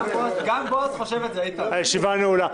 הישיבה נעולה.